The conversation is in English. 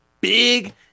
big